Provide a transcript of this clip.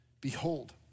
Behold